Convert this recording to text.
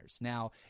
Now